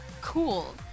cool